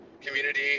community